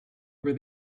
over